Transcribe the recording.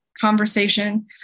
conversation